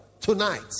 Tonight